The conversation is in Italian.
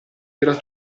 era